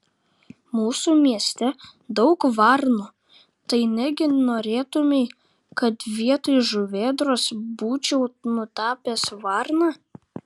mūsų mieste daug varnų tai negi norėtumei kad vietoj žuvėdros būčiau nutapęs varną